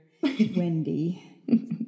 Wendy